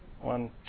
one